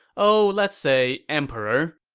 oh let's say, emperor.